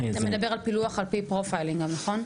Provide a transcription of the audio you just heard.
אתה מדבר על פילוח לפי "פרופיילינג" גם, נכון?